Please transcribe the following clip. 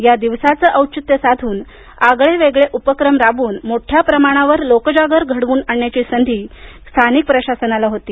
या दिवसाचं औचित्य साधून आगळे वेगळे उपक्रम राबवून मोठ्याप्रमाणावर लोकजागर घडवून आणण्याची संधी काल स्थानिक प्रशासनाला होती